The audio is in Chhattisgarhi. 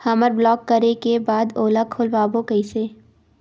हमर ब्लॉक करे के बाद ओला खोलवाबो कइसे?